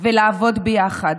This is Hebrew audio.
ולעבוד ביחד.